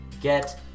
get